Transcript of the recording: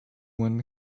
when